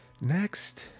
next